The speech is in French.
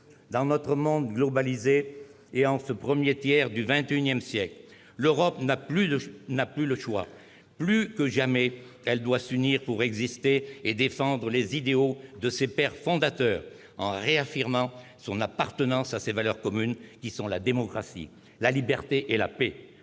Dans notre monde globalisé et en ce premier tiers du XXI siècle, l'Europe n'a plus le choix ! Plus que jamais, elle doit s'unir pour exister et défendre les idéaux de ses Pères fondateurs, en réaffirmant son attachement à ces valeurs communes que sont la démocratie, la liberté et la paix